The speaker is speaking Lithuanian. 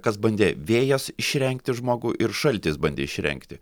kas bandė vėjas išrengti žmogų ir šaltis bandė išrengti